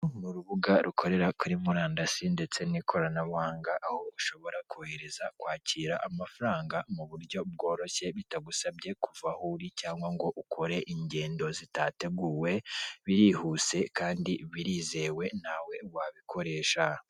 Urubuga rukorera kuri murandasi ndetse n'ikoranabuhanga aho ushobora kohereza kwakira amafaranga mu buryo bworoshye bitagusabye kuva aho uri, cyangwa ngo ukore ingendo zitateguwe birihuse kandi birizewe ntawe wabikoresha.